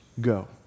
go